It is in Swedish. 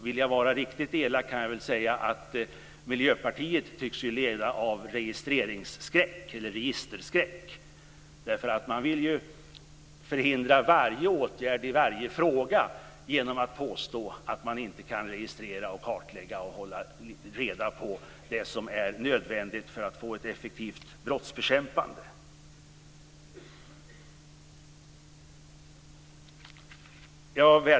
Vill jag vara riktigt elak kan jag säga att miljöpartisterna tycks lida av registerskräck. De vill ju förhindra varje åtgärd i varje fråga genom att påstå att man inte kan registrera, kartlägga och hålla reda på det som är nödvändigt för att få ett effektivt brottsbekämpande.